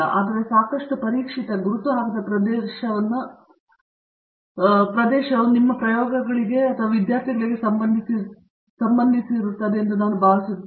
ಆದರೆ ಸಾಕಷ್ಟು ಪರೀಕ್ಷಿತ ಗುರುತು ಹಾಕದ ಪ್ರದೇಶವನ್ನು ವಿದ್ಯಾರ್ಥಿಗೆ ಸಂಬಂಧಿಸಿರುತ್ತದೆ ಎಂದು ನಾನು ಭಾವಿಸುತ್ತೇನೆ